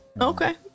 Okay